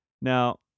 Now